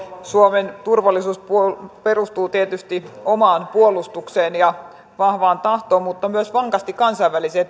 suomen turvallisuus perustuu tietysti omaan puolustukseen ja vahvaan tahtoon mutta myös vankasti kansainväliseen